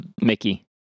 Mickey